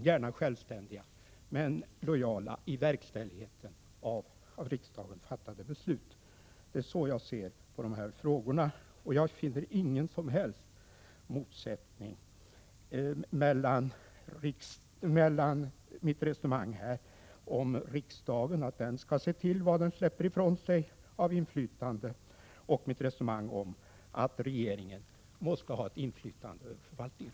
De får gärna vara självständiga, men de skall vara lojala när det gäller verkställigheten av i riksdagen fattade beslut. Det är så jag ser på dessa frågor. Jag finner ingen som helst motsättning mellan mitt resonemang om att riksdagen skall se till vad den släpper ifrån sig av inflytande i form av bemyndiganden och det jag sade om att regeringen måste ha ett inflytande över förvaltningen.